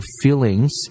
feelings